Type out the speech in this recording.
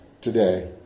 today